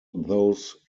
those